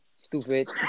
Stupid